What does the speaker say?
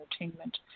entertainment